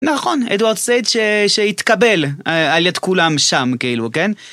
נכון אדוארד סייד שהתקבל על יד כולם שם כאילו כן.